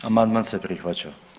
Amandman se prihvaća.